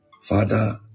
Father